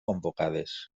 convocades